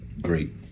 great